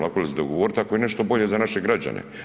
Lako se dogovoriti ako je nešto bolje za naše građane.